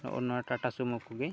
ᱱᱚᱜᱼᱚᱸᱭ ᱱᱚᱣᱟ ᱴᱟᱴᱟ ᱥᱩᱢᱳ ᱠᱚᱜᱮ